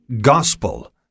gospel